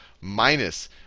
minus